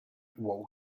wall